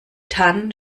tan